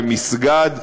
למסגד,